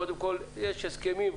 קודם כל יש הסכמים,